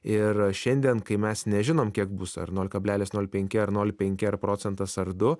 ir šiandien kai mes nežinom kiek bus ar nol kablelis penki ar nol penki ar procentas ar du